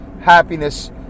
happiness